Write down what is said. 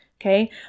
Okay